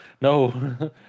no